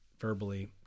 verbally